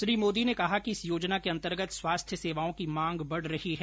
श्री मोदी ने कहा कि इस योजना के अंतर्गत स्वास्थ्य सेवाओं की मांग बढ़ रही है